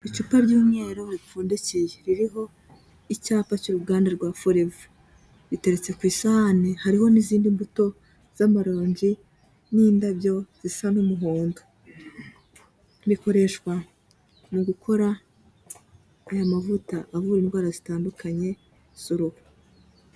Icupa ry'umweru ripfundikiye, ririho icyapa cy'uruganda rwa Forever, biteretse ku isahani hariho n'izindi mbuto z'amaronji n'indabyo zisa n'umuhondo, bikoreshwa mu gukora aya mavuta avura indwara zitandukanye z'uruhu.